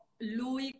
Lui